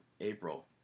April